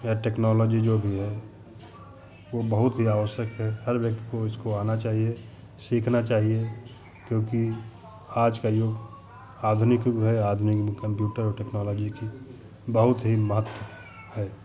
या टेक्नोलॉजी जो भी है वो बहुत ही आवश्यक है हर व्यक्ति को इसको आना चाहिए सीखना चाहिए क्योंकि आज का युग आधुनिक युग है आधुनिक मतलब कम्प्यूटर टेक्नोलॉजी की बहुत ही महत्व है